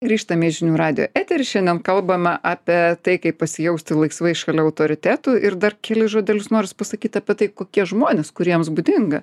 grįžtame į žinių radijo eterį šiandien kalbame apie tai kaip pasijausti laisvai šalia autoritetų ir dar kelis žodelius noris pasakyt apie tai kokie žmonės kuriems būdinga